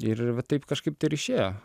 ir va taip kažkaip tai ir išėjo